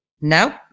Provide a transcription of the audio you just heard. No